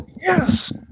Yes